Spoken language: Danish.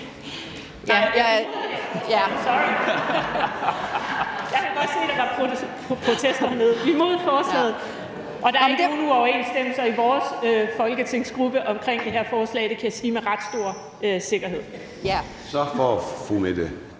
jeg kunne godt se, at der var protester dernede. SF stemmer imod forslaget, og der er ikke nogen uoverensstemmelser i vores folketingsgruppe omkring det her forslag. Det kan jeg sige med ret stor sikkerhed. Kl.